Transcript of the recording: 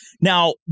Now